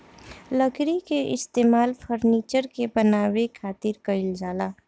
लकड़ी के इस्तेमाल फर्नीचर के बानवे खातिर कईल जाला